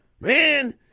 Man